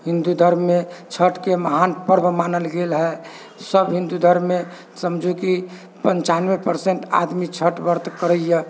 हिन्दू धर्ममे छठके महान पर्व मानल गेल हय सभ हिन्दू धर्ममे समझु कि पञ्चान्वे परसेंट आदमी छठ व्रत करैए